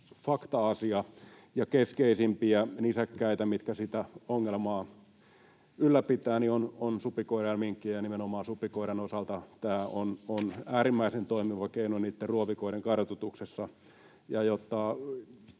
fakta-asia, ja keskeisimpiä nisäkkäitä, mitkä sitä ongelmaa ylläpitävät, ovat supikoira ja minkki, niin nimenomaan supikoiran osalta tämä on äärimmäisen toimiva keino niitten ruovikoiden kartoituksessa.